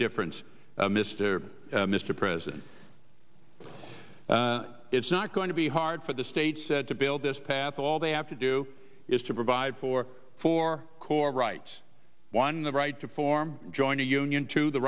difference mr mr president it's not going to be hard for the states to build this path all they have to do is to provide for four core rights one the right to form join a union to the